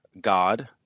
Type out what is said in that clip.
god